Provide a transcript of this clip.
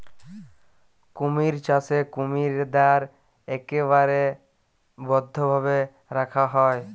কুমির চাষে কুমিরদ্যার ইকবারে বদ্ধভাবে রাখা হ্যয়